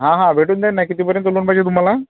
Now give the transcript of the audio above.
हां हां भेटून जाईल ना कितीपर्यंत लोन पाहिजे तुम्हाला